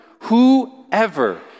whoever